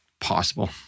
possible